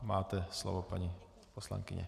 Máte slovo, paní poslankyně.